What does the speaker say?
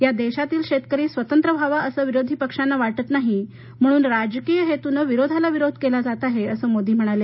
या देशातील शेतकरी स्वतंत्र व्हावा असं विरोधी पक्षाना वाटत नाही म्हणून राजकीय हेतुनं विरोधाला विरोध केला जात आहे अस मोदी म्हणाले